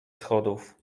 schodów